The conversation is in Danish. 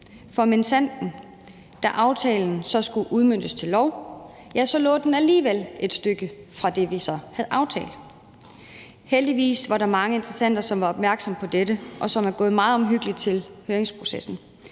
For da aftalen så skulle udmøntes til lov, lå den minsandten alligevel et stykke fra det, vi så havde aftalt. Heldigvis var der mange interessenter, som var opmærksomme på dette, og som er gået meget omhyggeligt til høringsprocessen.